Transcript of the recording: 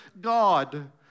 God